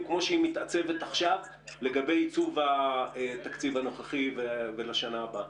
כמו שהיא מתעצבת עכשיו לגבי עיצוב התקציב הנוכחי ולשנה הבאה.